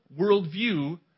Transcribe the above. worldview